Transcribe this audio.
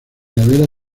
laderas